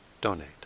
donate